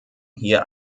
hier